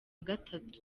gatatu